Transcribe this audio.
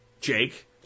Jake